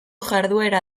jarduera